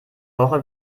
woche